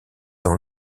dans